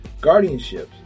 guardianships